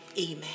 amen